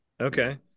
okay